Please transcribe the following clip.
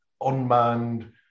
unmanned